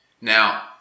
Now